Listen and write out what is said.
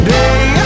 day